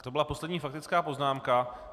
To byla poslední faktická poznámka.